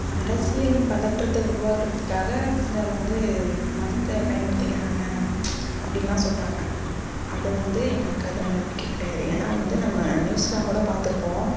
அரசியல் பதற்றத்தை உருவாக்குவதுக்காக சிலர் வந்து மதத்தை பயன்படுத்திக்கிறாங்கள் அப்படின்னுலாம் சொல்கிறாங்க அது வந்து எனக்கு அதில் நம்பிக்கை கிடையாது ஏன்னா வந்து நம்ம நியூஸ்லாம் கூட பாத்திருப்போம்